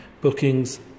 bookings